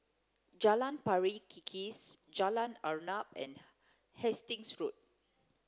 Jalan Pari Kikis Jalan Arnap and Hastings Road